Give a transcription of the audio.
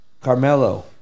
Carmelo